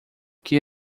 que